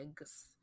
eggs